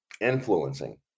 influencing